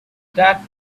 that